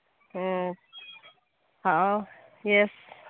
ꯑꯥ ꯍꯥꯎ ꯌꯦꯁ